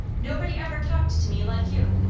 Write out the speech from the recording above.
nobody ever talked to me like you.